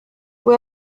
fue